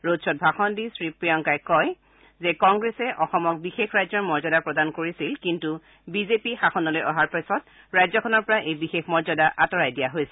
road খ'ত ভাষণ দি প্ৰিয়ংকাই কয় যে কংগ্ৰেছে অসমক বিশেষ ৰাজ্যৰ মৰ্যদা প্ৰদান কৰিছিল কিন্তু বিজেপি শাসনলৈ অহাৰ পিছত ৰাজ্যখনৰ পৰা এই বিশেষ মৰ্যদা আঁতৰাই দিয়া হৈছে